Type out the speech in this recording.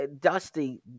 Dusty